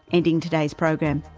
ending today's program.